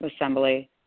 Assembly